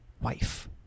wife